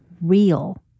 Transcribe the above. real